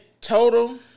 total